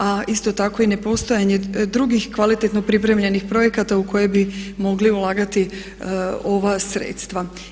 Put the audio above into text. A isto tako i nepostojanje drugih kvalitetno pripremljenih projekata u koje bi mogli ulagati ova sredstva.